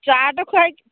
chaat ଖୁଆଇକି